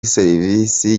serivisi